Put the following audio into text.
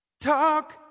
Talk